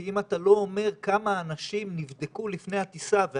כי אם אתה לא אומר כמה אנשים נבדקו לפני הטיסה,